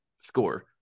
score